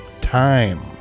Time